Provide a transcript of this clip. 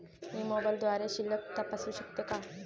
मी मोबाइलद्वारे शिल्लक तपासू शकते का?